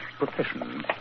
profession